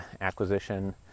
acquisition